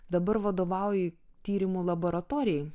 dabar vadovauji tyrimų laboratorijai